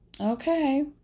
Okay